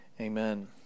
amen